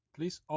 Please